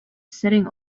sitting